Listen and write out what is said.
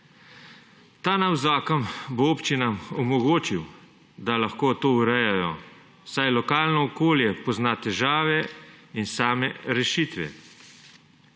Novi zakon bo občinam omogočil, da lahko to urejajo, saj lokalno okolje pozna težave in same rešitve.